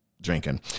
drinking